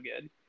good